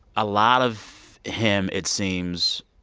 a lot of him, it seems,